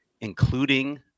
including